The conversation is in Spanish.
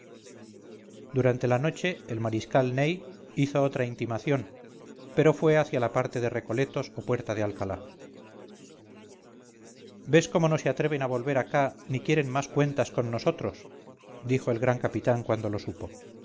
durante la noche el mariscal ney hizo otra intimación pero fue hacia la parte de recoletos o puerta de alcalá ves cómo no se atreven a volver acá ni quieren más cuentas con nosotros dijo el gran capitán cuando lo supo